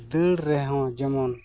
ᱫᱟᱹᱲ ᱨᱮᱦᱚᱸ ᱡᱮᱢᱚᱱ